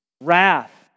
wrath